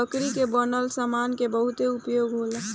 लकड़ी के बनल सामान के बहुते उपयोग होला